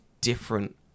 different